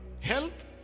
health